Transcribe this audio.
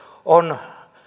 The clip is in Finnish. on